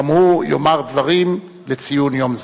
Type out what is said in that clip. גם הוא יאמר דברים לציון יום זה.